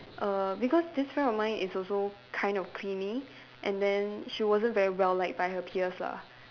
err because this friend of mine is also kind of clingy and then she wasn't very well liked by her peers lah